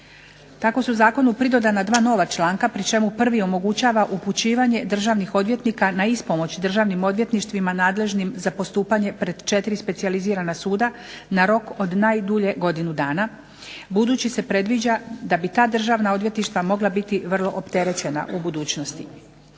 Tako su zakonu pridodana dva nova članka pri čemu prvi omogućava upućivanje državnih odvjetnika na ispomoć državnim odvjetništvima nadležnim za postupanje pred 4 specijalizirana suda na rok od najdulje godinu dana. Budući se predviđa da bi ta državna odvjetništva mogla biti vrlo opterećena u budućnosti.